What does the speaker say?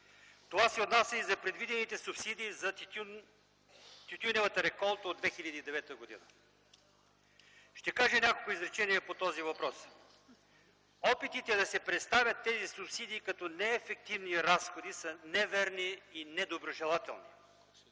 Това се отнася и за предвидените субсидии за тютюневата реколта от 2009 г. Ще кажа няколко изречения по този въпрос. Опитите да се представят тези субсидии като неефективни разходи са неверни и недоброжелателни.